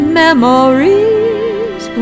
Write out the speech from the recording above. memories